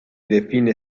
define